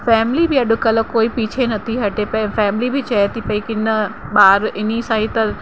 family बि अॼु कल्ह कोई पीछे नथी हटे पए फैमिल्ली बि चए थी कि न ॿार इन्हीअ सां ई त